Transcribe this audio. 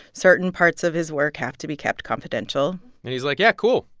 certain parts of his work have to be kept confidential and he's like, yeah, cool,